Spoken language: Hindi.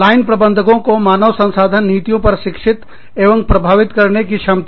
लाइन प्रबंधकों को मानव संसाधन नीतियों पर शिक्षित एवं प्रभावित करने की क्षमता